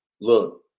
look